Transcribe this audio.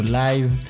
live